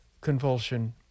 convulsion